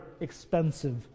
expensive